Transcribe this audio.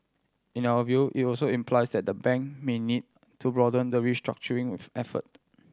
in our view it was also implies that the bank may need to broaden the restructuring with effort